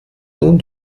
nun